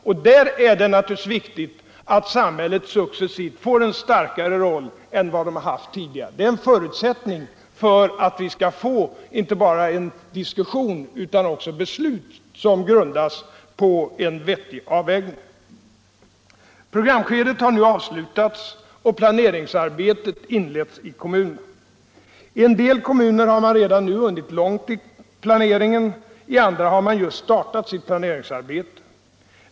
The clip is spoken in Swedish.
Därvid är det naturligtvis viktigt att samhället successivt får en starkare roll än tidigare. Det är en förutsättning för att vi skall få inte bara en diskussion utan också beslut som grundas på en vettig avvägning. Programskedet har nu avslutats och planeringsarbetet inletts i kommunerna. I en del kommuner har man redan nu hunnit långt i planeringen, i andra har man just startat sitt planeringsarbete.